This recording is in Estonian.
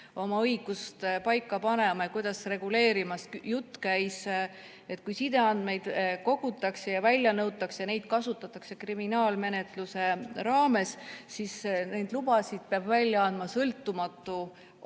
oma õigust paika panema ja kuidas reguleerima. Jutt käis sellest, et kui sideandmeid kogutakse ja välja nõutakse, neid kasutatakse kriminaalmenetluse raames, siis neid lubasid peab välja andma sõltumatu organ,